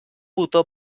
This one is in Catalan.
botó